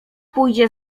pójdzie